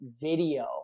video